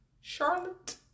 charlotte